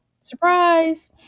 surprise